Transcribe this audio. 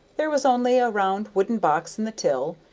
there was only a round wooden box in the till,